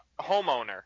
homeowner